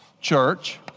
church